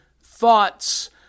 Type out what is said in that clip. thoughts